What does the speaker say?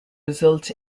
result